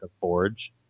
forge